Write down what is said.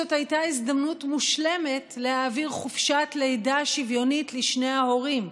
זאת הייתה הזדמנות מושלמת להעביר חופשת לידה שוויונית לשני ההורים,